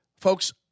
folks